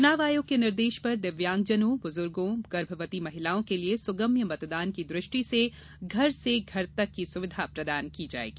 चुनाव आयोग के निर्देश पर दिव्यांगजनों बुजुर्गों गर्भवती महिलाओं के लिये सुगम्य मतदान की दृष्टि से घर से घर तक की सुविधा प्रदान की जाएगी